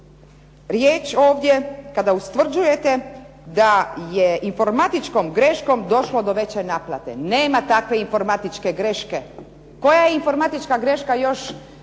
riječ ovdje kada ustvrđujete da je informatičkom greškom došlo do veće naplate. Nema takve informatičke greške. Koja informatička greška još koja